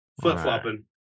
Flip-flopping